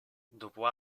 dopo